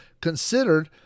considered